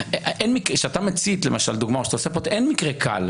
כשאתה מצית, אין מקרה קל.